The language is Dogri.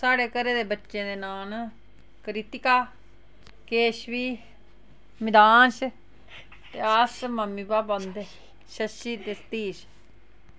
साढ़ै घरै दे बच्चे दे नांऽ न कृतिका केशवी मिधांश ते अस मम्मी पापा उं'दे शशि ते सतीश